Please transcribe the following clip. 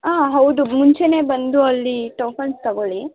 ಆಂ ಹೌದು ಮುಂಚೆಯೇ ಬಂದು ಅಲ್ಲಿ ಟೋಕನ್ಸ್ ತಗೊಳ್ಳಿ